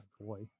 boy